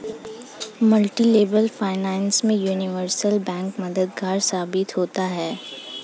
multilevel finance में universal bank मददगार साबित होता है